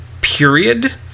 period